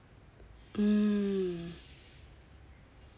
um